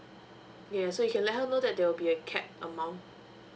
yes so you can let her know that there will be a cap amount